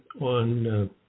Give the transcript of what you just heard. on